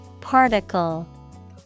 Particle